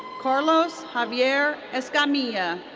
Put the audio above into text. carlos javier escamilla.